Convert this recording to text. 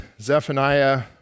Zephaniah